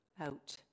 out